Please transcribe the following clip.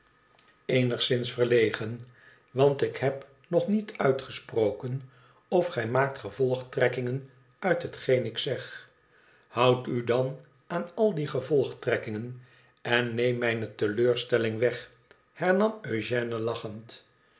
eenigszins verlegen want ik heb nog niet uitgesproken of gij maakt gevolgtrekkingen uit hetgeen ik zeg houd u dan aan al die gevolgtrekkingen en neem mijne teleurstelling veg hernam eugène lachend